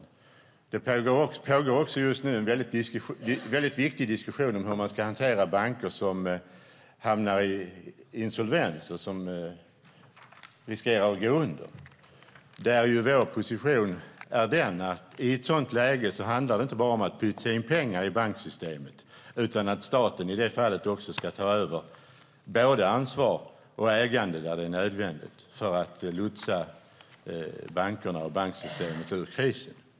Just nu pågår det också en mycket viktig diskussion om hur man ska hantera banker som hamnar i insolvens och som riskerar att gå under. Där är vår position att i ett sådant läge handlar det inte bara om att pytsa in pengar i banksystemen utan om att staten i det fallet ska ta över både ansvar och ägande där det är nödvändigt för att lotsa bankerna och banksystemet ur krisen.